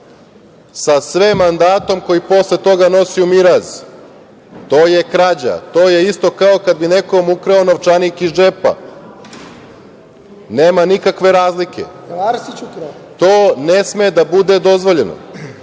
sa sve mandatom, koji posle toga nosi u miraz. To je krađa. To je isto kao kada bi nekom ukrao novčanik iz džepa, nema nikakve razlike. To ne sme da bude dozvoljeno